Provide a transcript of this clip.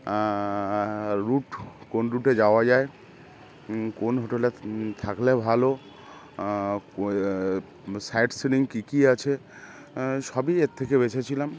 root কোন রুটে যাওয়া যায় কোন হোটেলে থাকলে ভালো সাইটসিং কী কী আছে সবই এর থেকে বেছেছিলাম